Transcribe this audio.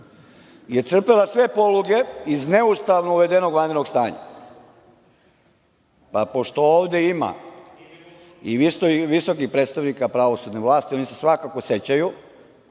je crpela sve poluge iz neustavno uvedenog vanrednog stanja. Pa, pošto ovde ima i visokih predstavnika pravosudne vlasti, oni se svakako sećaju,